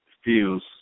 feels